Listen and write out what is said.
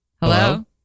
Hello